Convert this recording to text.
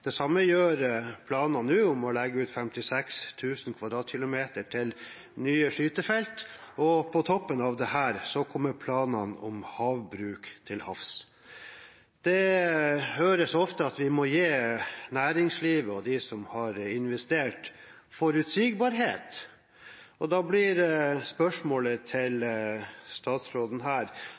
Det samme gjør planene om å bruke 56 000 km 2 til nye skytefelt. På toppen av dette kommer planene om havbruk til havs. Man hører ofte at man må gi næringslivet og de som har investert, forutsigbarhet, og da blir spørsmålet til statsråden: